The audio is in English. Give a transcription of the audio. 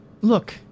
look